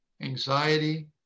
anxiety